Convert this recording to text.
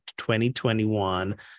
2021